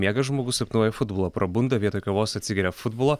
miega žmogus sapnuoja futbolą prabunda vietoj kavos atsigeria futbolo